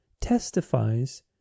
testifies